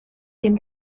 dem